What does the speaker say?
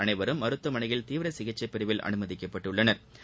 அனைவரும் மருத்துவமனையில் தீவிர சிகிச்சை பிரிவில் அனுமதிக்கப்பட்டுள்ளனா்